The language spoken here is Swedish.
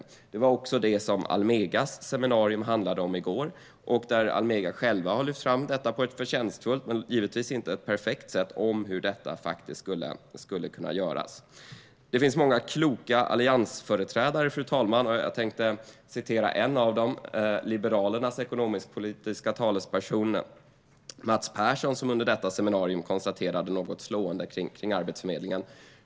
Det var också detta som Almegas seminarium handlade om i går. Almega har själva lyft fram på ett förtjänstfullt, men givetvis inte perfekt, sätt hur detta kan göras. Det finns många kloka alliansföreträdare, fru talman, och jag tänkte återge vad en av dem har sagt, nämligen Liberalernas ekonomisk-politiska talesperson Mats Persson, som under detta seminarium konstaterade något slående om Arbetsförmedlingen.